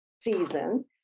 season